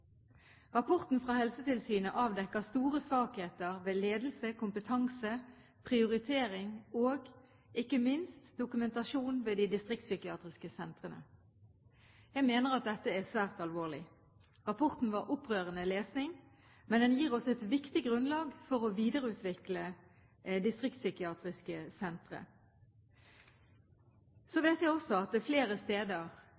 Rapporten fra Helsetilsynet avdekker store svakheter ved ledelse, kompetanse, prioritering og, ikke minst, dokumentasjon ved de distriktspsykiatriske sentrene. Jeg mener at dette er svært alvorlig. Rapporten var opprørende lesning, men den gir oss et viktig grunnlag for å videreutvikle distriktspsykiatriske sentre. Så